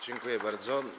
Dziękuję bardzo.